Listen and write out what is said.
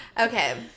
Okay